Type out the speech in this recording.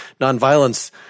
nonviolence